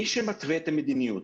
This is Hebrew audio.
מי שמתווה את המדיניות,